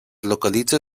localitza